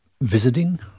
visiting